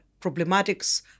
problematics